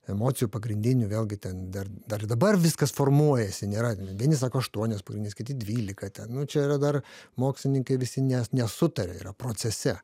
emocijų pagrindinių vėlgi ten dar dar ir dabar viskas formuojasi nėra vieni sako aštuonios pagrindinės kiti dvylika ten nu čia yra dar mokslininkai visi nes nesutaria yra procese